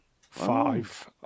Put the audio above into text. five